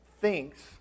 thinks